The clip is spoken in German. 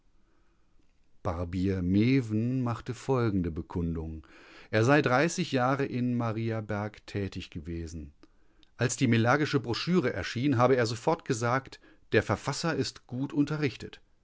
barbier meven machte folgende bekundung er sei jahre in mariaberg tätig gewesen als die mellagesche broschüre erschien habe er sofort gesagt der verfasser ist gut unterrichtet